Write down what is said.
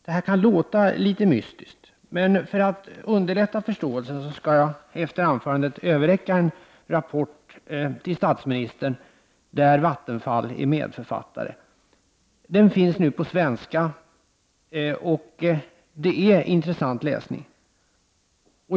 Det här kan låta litet mystiskt, men för att underlätta förståelsen skall jag efter anförandet till statsministern överräcka en rapport där Vattenfall är medförfattare. Den finns nu på svenska, och det är intressant läsning.